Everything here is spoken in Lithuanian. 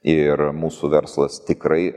ir mūsų verslas tikrai